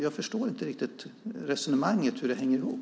Jag förstår inte riktigt hur det resonemanget hänger ihop.